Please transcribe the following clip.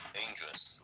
dangerous